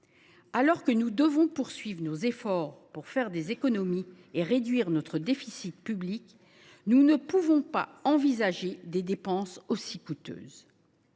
Alors que nous devons poursuivre nos efforts pour faire des économies et réduire notre déficit public, nous ne pouvons pas envisager des dépenses aussi importantes.